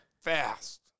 Fast